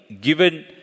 given